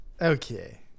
okay